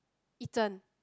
Yi-Zhen